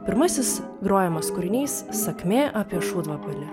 pirmasis grojamas kūrinys sakmė apie šūdvabalį